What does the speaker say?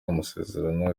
amasezerano